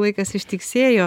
laikas ištiksėjo